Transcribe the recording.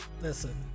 listen